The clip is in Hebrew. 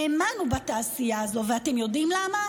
האמנו בתעשייה הזו, ואתם יודעים למה?